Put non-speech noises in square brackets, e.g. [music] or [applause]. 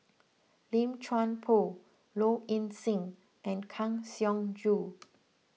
Lim Chuan Poh Low Ing Sing and Kang Siong Joo [noise]